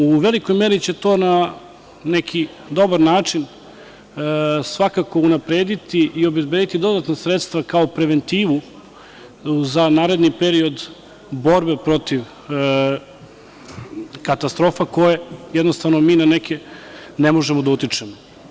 U velikoj meri će to na neki dobar način svakako unaprediti i obezbediti dodatna sredstva kao preventivu za naredni period borbe protiv katastrofa na koje, jednostavno, mi ne možemo da utičemo.